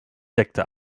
sekte